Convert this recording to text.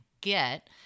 get